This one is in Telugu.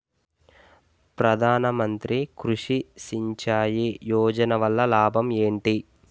ప్రధాన మంత్రి కృషి సించాయి యోజన వల్ల లాభం ఏంటి?